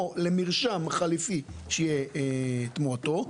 או למרשם חליפי שיהיה תמורתו.